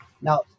Now